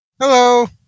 Hello